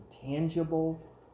tangible